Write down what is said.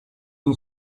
you